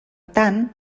tant